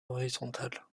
horizontal